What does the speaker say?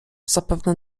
zapewne